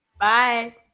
Bye